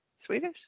Swedish